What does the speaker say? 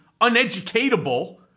uneducatable